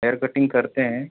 hair cutting करते हैं